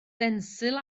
denzil